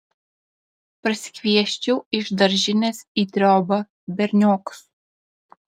parsikviesčiau iš daržinės į triobą berniokus